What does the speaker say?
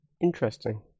Interesting